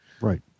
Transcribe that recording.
Right